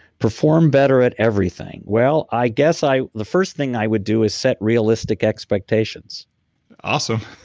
perform better at everything, well i guess i. the first thing i would do is set realistic expectations awesome